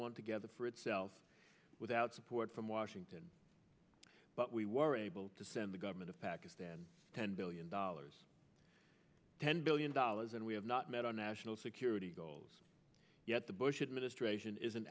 want together for itself without support from washington but we were able to send the government of pakistan ten billion dollars ten billion dollars and we have not met our national security goals yet the bush administration isn't